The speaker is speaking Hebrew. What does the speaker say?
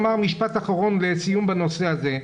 אומר משפט אחרון בנושא הזה.